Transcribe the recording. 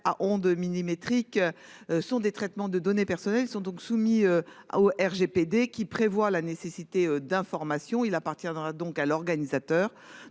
à ondes millimétriques. Sont des traitements de données personnelles sont donc soumis à au RGPD qui prévoit la nécessité d'information il appartiendra donc à l'organisateur